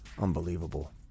Unbelievable